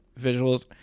visuals